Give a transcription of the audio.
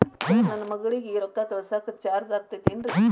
Sir ನನ್ನ ಮಗಳಗಿ ರೊಕ್ಕ ಕಳಿಸಾಕ್ ಚಾರ್ಜ್ ಆಗತೈತೇನ್ರಿ?